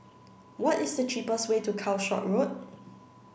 what is the cheapest way to Calshot Road